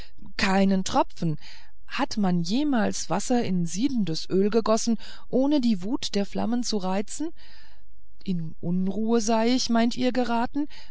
keinen tropfen hat man jemals wasser in siedendes öl gegossen ohne die wut der flammen zu reizen in unruhe sei ich meint ihr geraten